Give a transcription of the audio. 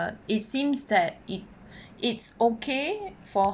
it seems that it it's okay for